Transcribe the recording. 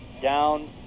down